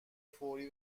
فوری